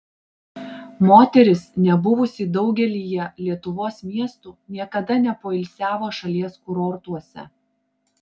moteris nebuvusi daugelyje lietuvos miestų niekada nepoilsiavo šalies kurortuose